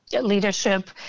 leadership